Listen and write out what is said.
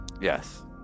Yes